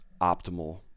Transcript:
optimal